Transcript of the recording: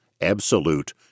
absolute